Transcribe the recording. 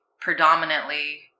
predominantly